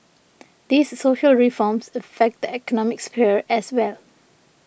these social reforms affect the economic sphere as well